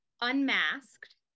Unmasked